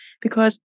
Because-